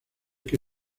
que